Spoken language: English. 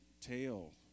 tail